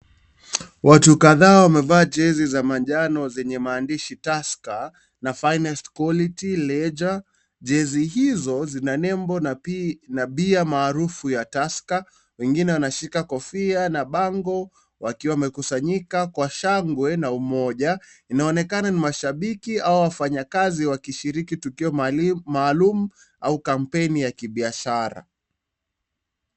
Watu kadhaa wamefaa jersey za manjano ya maandishi Tuskers the finest quality ledger Jessy hizo zina nembo na beer maarufu ya Tusker. wengine wanshika kofia na pango wakiwa wamekusanyika kwa shangwe na umoja , inaonekana ni mashabiki au wafanya kazi wawakishiriki tukio maalum au kampeni ya kibiashara.